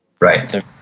right